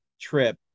trip